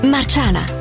Marciana